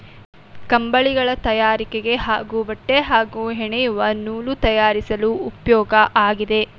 ಕಂಬಳಿಗಳ ತಯಾರಿಕೆಗೆ ಹಾಗೂ ಬಟ್ಟೆ ಹಾಗೂ ಹೆಣೆಯುವ ನೂಲು ತಯಾರಿಸಲು ಉಪ್ಯೋಗ ಆಗಿದೆ